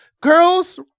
girls